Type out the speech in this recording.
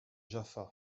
jaffa